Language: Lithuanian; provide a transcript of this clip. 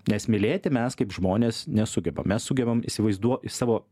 nes mylėti mes kaip žmonės nesugebam mes sugebam įsivaizduot savo